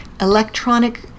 electronic